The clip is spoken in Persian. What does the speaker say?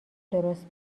درست